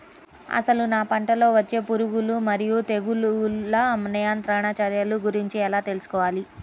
అసలు నా పంటలో వచ్చే పురుగులు మరియు తెగులుల నియంత్రణ చర్యల గురించి ఎలా తెలుసుకోవాలి?